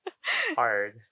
hard